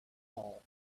all